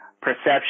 Perception